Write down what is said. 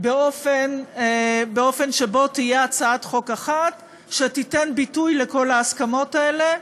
באופן שבו תהיה הצעת חוק אחת שתיתן ביטוי לכל ההסכמות האלה,